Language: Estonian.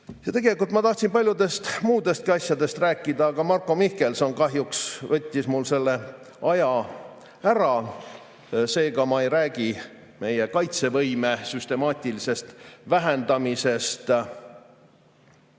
häbiväärne. Tegelikult ma tahtsin paljudest muudestki asjadest rääkida, aga Marko Mihkelson kahjuks võttis mul selle aja ära. Seega ma ei räägi meie kaitsevõime süstemaatilisest vähendamisest,